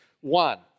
One